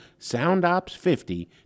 soundops50